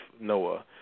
Noah